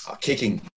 Kicking